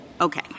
Okay